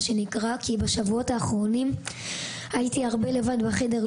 כי בשבועות האחרונים הייתי הרבה פעמים לבד בחדר.